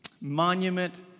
monument